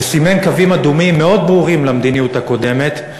וסימן קווים אדומים מאוד ברורים למדיניות הקודמת,